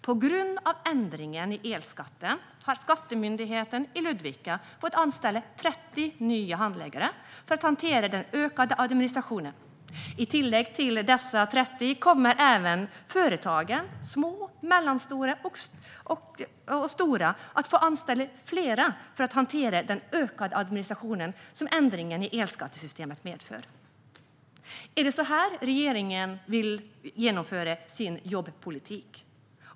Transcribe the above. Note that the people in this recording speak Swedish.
På grund av ändringen av elskatten har skattekontoret i Ludvika fått anställa 30 nya handläggare för att hantera den ökade administrationen. I tillägg till dessa 30 kommer företagen - små, medelstora och stora - att få anställa flera för att hantera den ökade administration som ändringen i elskattesystemet medför. Är det så här regeringen vill genomföra sin jobbpolitik?